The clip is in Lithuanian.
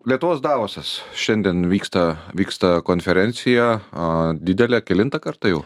lietuvos davosas šiandien vyksta vyksta konferencija a didelė kelintą kartą jau